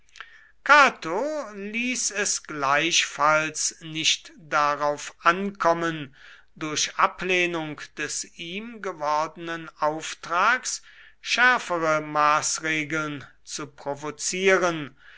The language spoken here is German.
cato ließ es gleichfalls nicht darauf ankommen durch ablehnung des ihm gewordenen auftrags schärfere maßregeln zu provozieren